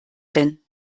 denn